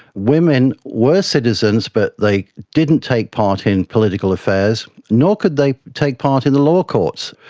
women were citizens but they didn't take part in political affairs, nor could they take part in the law courts.